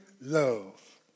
love